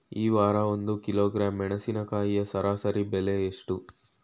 ಈ ವಾರ ಒಂದು ಕಿಲೋಗ್ರಾಂ ಮೆಣಸಿನಕಾಯಿಯ ಸರಾಸರಿ ಬೆಲೆ ಎಷ್ಟು?